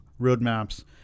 roadmaps